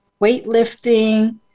Weightlifting